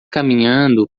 caminhando